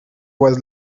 was